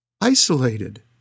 isolated